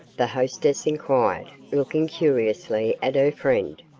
the hostess inquired, looking curiously at her friend.